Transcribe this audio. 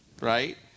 right